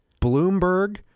Bloomberg